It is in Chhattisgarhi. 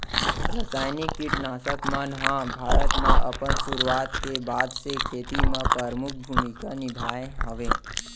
रासायनिक किट नाशक मन हा भारत मा अपन सुरुवात के बाद से खेती मा परमुख भूमिका निभाए हवे